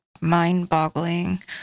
mind-boggling